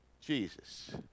Jesus